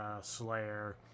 slayer